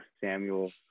Samuel